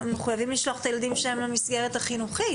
הם חייבים לשלוח את הילדים שלהם למסגרת החינוכית.